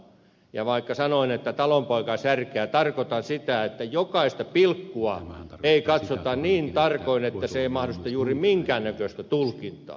ja vaikka sanoin että talonpoikaisjärkeä tarvitaan tarkoitan sitä että jokaista pilkkua ei katsota niin tarkoin että se ei mahdollista juuri minkään näköistä tulkintaa